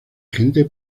gente